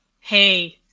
hey